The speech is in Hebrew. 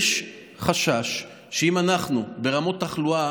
יש חשש שאם אנחנו ברמות תחלואה,